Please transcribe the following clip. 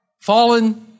fallen